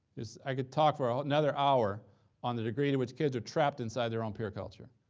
just i could talk for ah another hour on the degree to which kids are trapped inside their own peer culture,